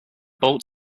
bolt